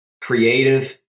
creative